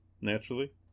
naturally